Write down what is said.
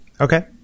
Okay